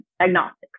agnostics